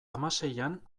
hamaseian